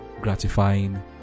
gratifying